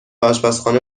آشپزخانه